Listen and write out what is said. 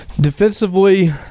Defensively